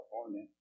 California